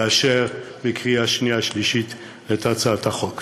לאשר בקריאה שנייה ושלישית את הצעת החוק.